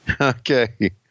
Okay